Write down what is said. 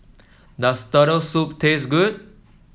does Turtle Soup taste good